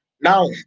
Now